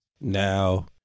Now